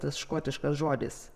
tas škotiškas žodis